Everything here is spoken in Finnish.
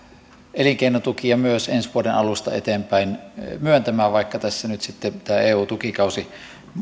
elinkeinotukia myös ensi vuoden alusta eteenpäin myöntämään vaikka tässä nyt sitten tämä eu tukikausi